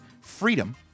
Freedom